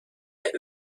der